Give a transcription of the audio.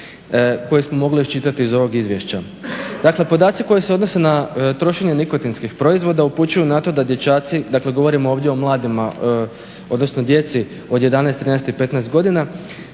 koje smo mogli iščitati iz ovog izvješća. Dakle, podaci koji se odnose na trošenje nikotinskih proizvoda upućuju na to da dječaci, dakle govorimo ovdje o mladima, odnosno djeci od 11,13,15 godina,